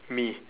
me